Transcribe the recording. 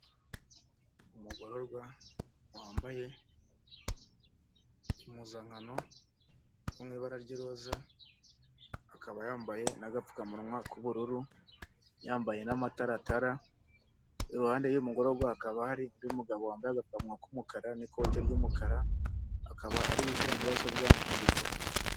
Umugororwa wambaye impuzankano yo mu ibara ry'iroza akaba yambaye n'agapfukamunwa k'ubururu, yambaye n'amataratara, iruhande y'umugororwa hakaba hari undi mugabo wambaye agapfukamunwa k'umukara n'ikote ry'umukara, akaba ari gushyira mudasobwa mu gikapu.